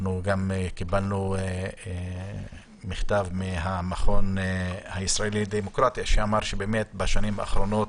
גם קיבלנו מכתב מהמכון הישראלי לדמוקרטיה שאמר שבאמת בשנים האחרונות